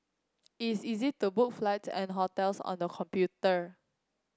is easy to book flights and hotels on the computer